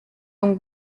donc